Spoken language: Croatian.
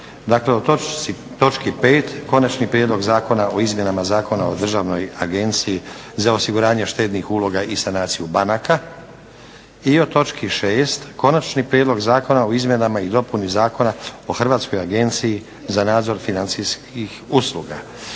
Dakle, o točki 5. Konačni prijedlog zakona o izmjenama Zakona o Državnoj agenciji za osiguranje štednih uloga i sanaciju banaka, hitni postupak, prvo i drugo čitanje, P.Z. br. 24. i o točki 6. Konačni prijedlog zakona o izmjenama i dopuni Zakona o Hrvatskoj agenciji za nadzor financijskih usluga,